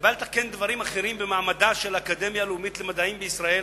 ובא לתקן דברים אחדים במעמדה של האקדמיה הלאומית למדעים בישראל,